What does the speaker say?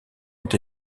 ont